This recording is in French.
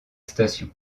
station